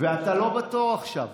ואתה לא בתור עכשיו.